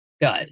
good